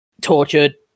tortured